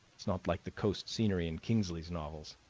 it's not like the coast scenery in kingsley's novels.